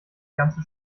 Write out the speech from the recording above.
ganze